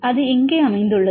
அது எங்கே அமைந்துள்ளது